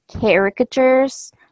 caricatures